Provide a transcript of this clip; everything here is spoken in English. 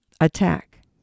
attack